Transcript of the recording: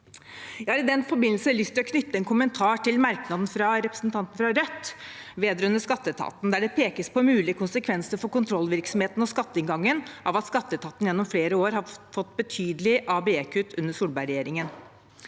i den forbindelse lyst til å knytte en kommentar til merknaden fra Rødt vedrørende skatteetaten. Der pekes det på mulige konsekvenser for kontrollvirksomheten og skatteinngangen av at skatteetaten gjennom flere år fikk betydelige ABE-kutt under Solberg-regjeringen.